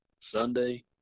Sunday